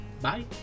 Bye